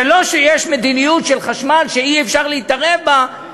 זה לא שיש מדיניות של חשמל שאי-אפשר להתערב בה: